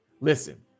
Listen